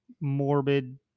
morbid